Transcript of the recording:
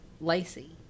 Lacey